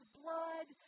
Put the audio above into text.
blood